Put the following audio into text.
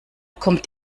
kommt